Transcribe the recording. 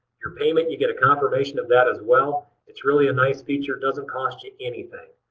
your payment, you get a confirmation of that as well. it's really a nice feature. doesn't cost you anything.